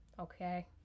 Okay